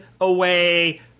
away